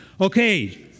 Okay